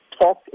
talk